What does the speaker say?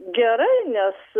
gerai nes